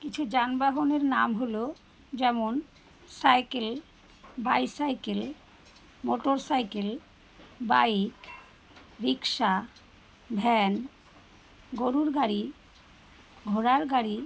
কিছু যানবাহনের নাম হলো যেমন cycle bicycle motor cycle bike rickshaw van গরুর গাড়ি ঘোড়ার গাড়ি